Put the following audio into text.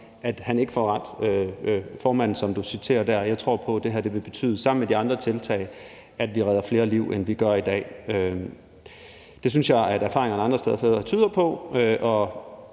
overbevist om, at formanden, som du citerer der, ikke får ret. Jeg tror på, at det her sammen med de andre tiltag vil betyde, at vi redder flere liv, end vi gør i dag. Det synes jeg at erfaringerne andre steder fra tyder på, og